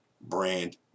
brand